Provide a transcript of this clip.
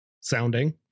sounding